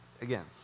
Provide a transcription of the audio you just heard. again